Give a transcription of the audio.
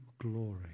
glory